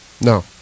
No